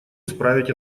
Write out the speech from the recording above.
исправить